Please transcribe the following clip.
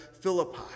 Philippi